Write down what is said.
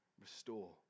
restore